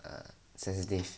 err sensitive